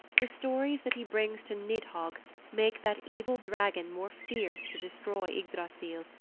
the stories that he brings to nidhogg make that evil dragon more fierce to destroy ygdrassil,